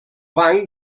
banc